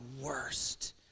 worst